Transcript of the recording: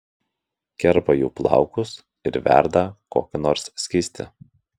kerpa jų plaukus ir verda kokį nors skystį